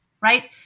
right